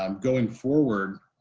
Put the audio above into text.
um going forward,